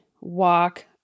walk